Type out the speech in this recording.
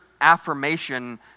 affirmation